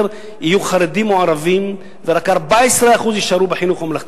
יהיו חרדים או ערבים ורק 14% יישארו בחינוך הממלכתי.